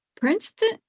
Princeton